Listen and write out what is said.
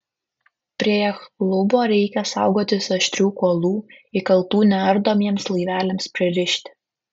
prie jachtklubo reikia saugotis aštrių kuolų įkaltų neardomiems laiveliams pririšti